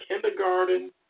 kindergarten